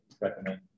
Recommend